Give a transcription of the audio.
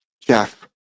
Jeff